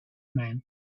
men